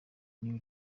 new